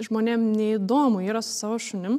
žmonėm neįdomu yra su savo šunim